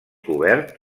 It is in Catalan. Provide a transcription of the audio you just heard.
cobert